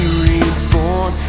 reborn